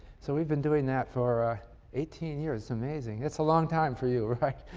so we've been doing that for eighteen years amazing, that's a long time for you, right?